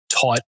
tight